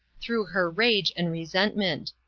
through her rage and resentment,